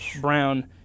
Brown